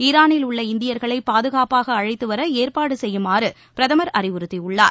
ஈரானில் உள்ள இந்தியர்களை பாதுகாப்பாக அழைத்துவர ஏற்பாடு செய்யுமாறு பிரதம் அறிவுறுத்தியுள்ளார்